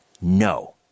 No